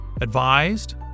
Advised